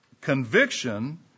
conviction